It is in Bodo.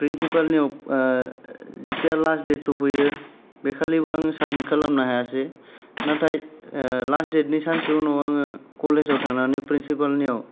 प्रिनसिपालनियाव जेब्ला लास्त देट सौफैयो बेखालिबो आङो साबमिट खालामनो हायासै नाथाय लास्त देटनि सानसे उनाव आङो कलेजाव थांनानै प्रिनसिपालनियाव